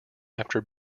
after